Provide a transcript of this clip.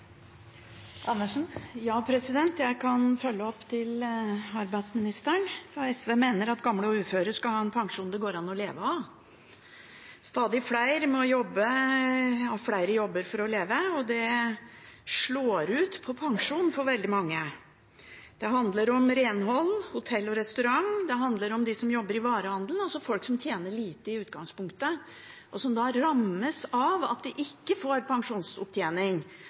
Jeg kan følge opp til arbeidsministeren, for SV mener at gamle og uføre skal ha en pensjon det går an å leve av. Stadig flere må ha flere jobber for å leve, og det slår ut på pensjonen for veldig mange. Det handler om renhold og hotell- og restaurant, det handler om dem som jobber i varehandelen – altså folk som tjener lite i utgangspunktet, og som da rammes av at de ikke får pensjonsopptjening